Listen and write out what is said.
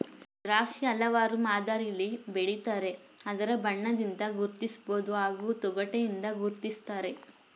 ದ್ರಾಕ್ಷಿ ಹಲವಾರು ಮಾದರಿಲಿ ಬೆಳಿತಾರೆ ಅದರ ಬಣ್ಣದಿಂದ ಗುರ್ತಿಸ್ಬೋದು ಹಾಗೂ ತೊಗಟೆಯಿಂದ ಗುರ್ತಿಸ್ತಾರೆ